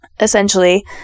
essentially